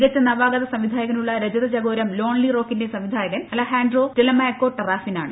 മികച്ച നവാഗത സംവിധായകനുള്ള രജതചകോരം ലോൺലി റോക്കിന്റെ സംവിധായകൻ അലഹാൻഡ്രോ റ്റെലമാക്കോ ടറാഫിനാണ്